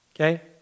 Okay